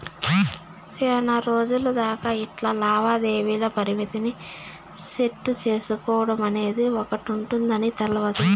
సేనారోజులు దాకా ఇట్లా లావాదేవీల పరిమితిని సెట్టు సేసుకోడమనేది ఒకటుందని తెల్వదు